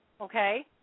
okay